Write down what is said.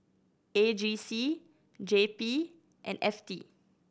A G C J P and F T